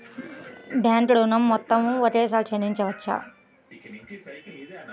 Bank ఋణం మొత్తము ఒకేసారి చెల్లించవచ్చా?